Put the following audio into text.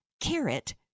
Carrot